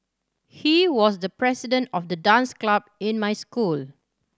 he was the president of the dance club in my school